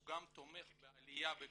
הוא גם תומך בעליה וקליטה,